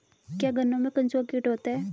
क्या गन्नों में कंसुआ कीट होता है?